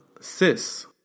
cis